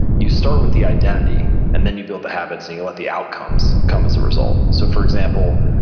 you start with the identity and then you build the habits, and you let the outcomes come as a result so for example,